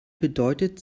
bedeutet